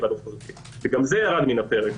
גם זה ירד מהפרק.